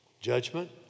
judgment